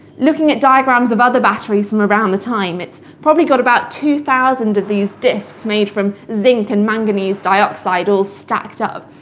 looking at diagrams of other batteries from around the time, it's probably got about two thousand of these discs made from zinc and manganese dioxide all stacked up.